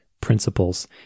principles